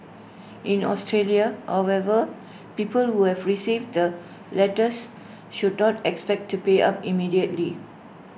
in Australia however people who have received the letters should not expect to pay up immediately